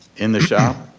in the shop?